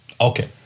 Okay